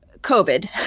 COVID